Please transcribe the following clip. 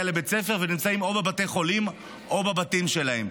לבית הספר ונמצאים או בבתי חולים או בבתים שלהם.